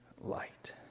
light